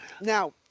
Now